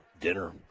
dinner